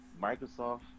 Microsoft